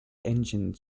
engines